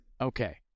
okay